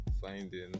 finding